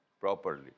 properly